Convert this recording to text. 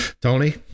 tony